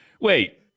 Wait